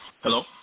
Hello